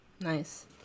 nice